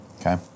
Okay